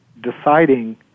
deciding